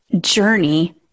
journey